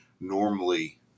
normally